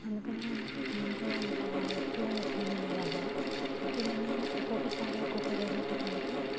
అందుకని నేను కూడా ఇంకా ఎప్పుడు ఇలానే చేయాలా ఎప్పుడైనా ఒక్కొక్కసారి ఒక్కొక్క వెరైటీ తింటే